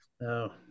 No